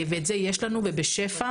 ואת זה יש לנו, ובשפע.